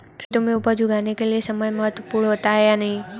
खेतों में उपज उगाने के लिये समय महत्वपूर्ण होता है या नहीं?